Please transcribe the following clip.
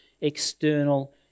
external